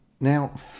Now